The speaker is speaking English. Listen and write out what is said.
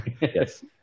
yes